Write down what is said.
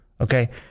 okay